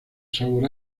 sabor